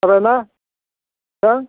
जागोन ना नोंथां